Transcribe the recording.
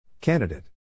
Candidate